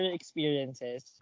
experiences